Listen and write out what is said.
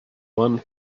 one